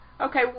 Okay